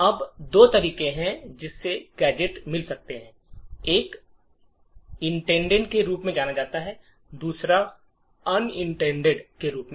अब दो तरीके हैं जिससे गैजेट मिल सकते हैं एक इंटटेड के रूप में जाना जाता है और दूसरे को अनइंटटेड के रूप में